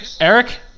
Eric